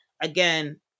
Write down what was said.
again